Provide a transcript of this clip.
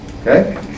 Okay